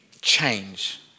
change